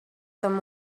them